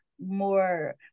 more